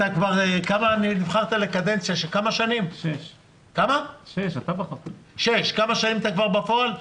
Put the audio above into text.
אם מתוך 6 שנים אתה כבר שנתיים וחצי בפועל,